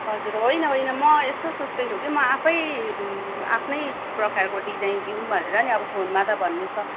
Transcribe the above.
हजुर होइन होइन म यस्तो सोच्दैछु कि म आफै आफ्नै प्रकारको डिजाइन दिउँ भनेर नि अब फोनमा त भन्ने त